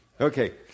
okay